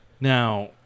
Now